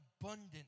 abundant